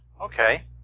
Okay